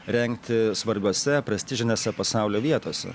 rengti svarbiose prestižinėse pasaulio vietose